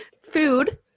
food